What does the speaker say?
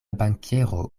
bankiero